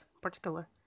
particular